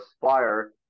fire